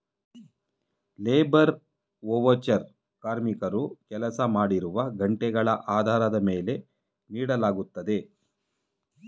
labour voucher ಕಾರ್ಮಿಕರು ಕೆಲಸ ಮಾಡಿರುವ ಗಂಟೆಗಳ ಆಧಾರದ ಮೇಲೆ ನೀಡಲಾಗುತ್ತದೆ